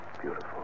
Beautiful